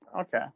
Okay